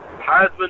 Heisman